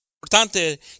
Importante